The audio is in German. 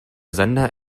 sender